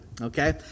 okay